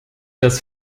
das